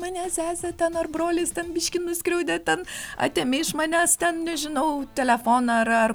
mane sesė ten ar brolis ten biškį nuskriaudė ten atėmė iš manęs ten nežinau telefoną ar ar